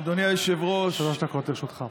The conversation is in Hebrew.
שלוש דקות לרשותך.